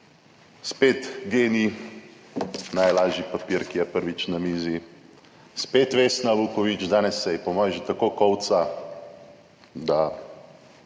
Spet genij(?). Najlažji papir, ki je prvič na mizi. Spet Vesna Vuković, danes se ji po moje že tako kolca, da